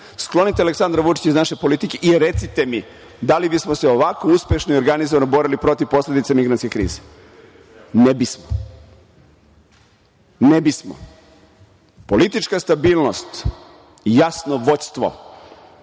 Sklonite Aleksandra Vučića iz naše politike i recite mi da li bismo se ovako uspešno i organizovano borili protiv posledica migrantske krize? Ne bismo. Politička stabilnost i jasno vođstvo